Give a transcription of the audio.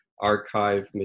archive